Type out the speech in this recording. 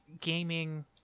gaming